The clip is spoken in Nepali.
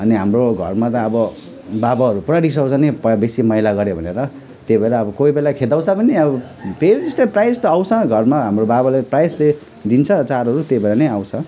अनि हाम्रो घरमा त अब बाबाहरू पुरा रिसाउँछ नि प बेसी मैला गऱ्यो भनेर त्यही भएर अब केही बेला खेदाउँछ पनि अब त प्रायःजस्तो आउँछ घरमा हाम्रो बाबाले प्रायः यस्तै दिन्छ चारोहरू त्यही भएर नै आउँछ